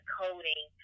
coding